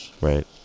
right